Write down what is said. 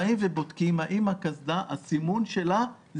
אנחנו בודקים האם הסימון של הקסדה הוא